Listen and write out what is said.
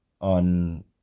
on